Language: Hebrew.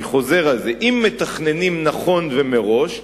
אני חוזר על זה: אם מתכננים נכון ומראש,